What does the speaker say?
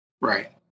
Right